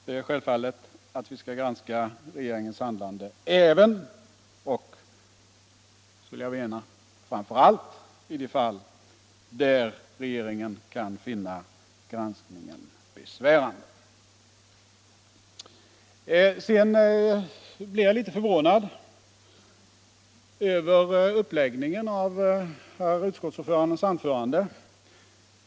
Det är självfallet Granskning av att vi skall granska regeringens handlande även och — skulle jag mena = statsrådens — framför allt i de fall där regeringen kan finna granskningen besvärande. = tjänsteutövning Sedan blir jag litet förvånad över uppläggningen av herr utskottsord = m.m. förandens inlägg.